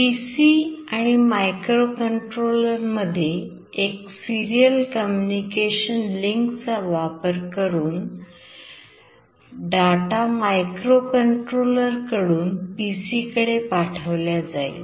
PC आणि microcontroller मध्ये एक serial coomunication link चा वापर करून डाटा mictocontroller कडून PC कडे पाठवल्या जाईल